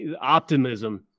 optimism